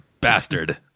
bastard